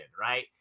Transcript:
right